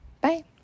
Bye